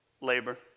labor